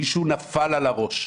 מישהו נפל על הראש.